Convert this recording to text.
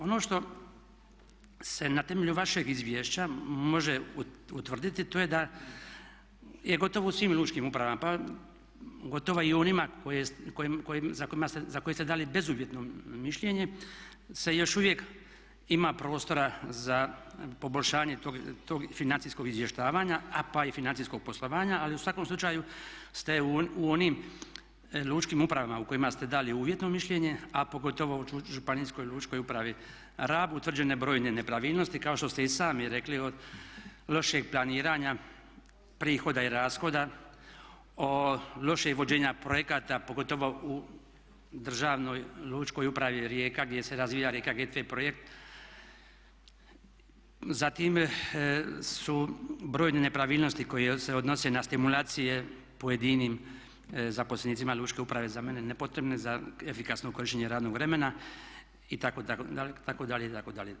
Ono što se na temelju vašeg izvješća može utvrditi to je da je gotovo u svim lučkim upravama pa gotovo i u onima za koje ste dali bezuvjetno mišljenje se još uvijek ima prostora za poboljšanje tog financijskog izvještavanja pa i financijskog poslovanja ali u svakom slučaju ste u onim lučkim upravama u kojima ste dali uvjetno mišljenje a pogotovo u Županijskoj lučkoj upravi Rab utvrđene brojne nepravilnosti kao što ste i sami rekli od lošeg planiranja prihoda i rashoda, od lošeg vođenja projekata pogotovo u Državnoj lučkoj upravi Rijeka gdje se razvija Rijeka GT projekt, zatim su brojne nepravilnosti koje se odnose na stimulacije pojedinim zaposlenicima lučke uprave za mene nepotrebne za efikasno korištenje radnog vremena itd. itd.